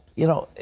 you know,